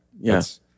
Yes